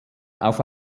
auf